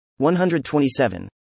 127